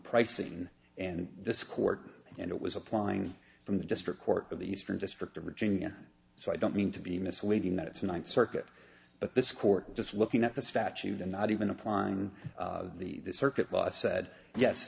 pricing and this court and it was applying from the district court of the eastern district of virginia so i don't mean to be misleading that it's a ninth circuit but this court just looking at the statute and not even applying the circuit law said yes